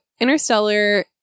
Interstellar